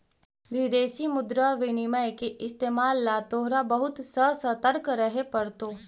विदेशी मुद्रा विनिमय के इस्तेमाल ला तोहरा बहुत ससतर्क रहे पड़तो